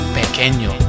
pequeño